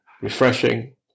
refreshing